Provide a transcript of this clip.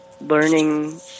learning